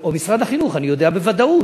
או משרד החינוך, אני יודע בוודאות